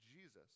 Jesus